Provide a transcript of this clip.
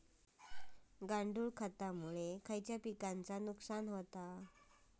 गांडूळ खतामुळे खयल्या पिकांचे नुकसान होते?